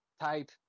type